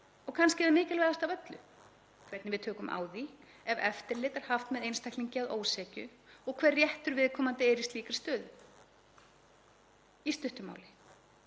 Og kannski það mikilvægasta af öllu: Hvernig við tökum á því ef eftirlit er haft með einstaklingi að ósekju og hver réttur viðkomandi er í slíkri stöðu. Í stuttu máli